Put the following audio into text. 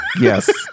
yes